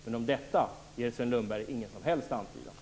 Men om detta ger Sven Lundberg ingen som helst antydan.